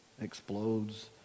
explodes